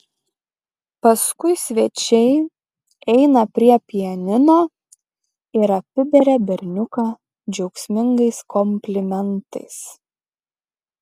paskui svečiai eina prie pianino ir apiberia berniuką džiaugsmingais komplimentais